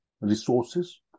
resources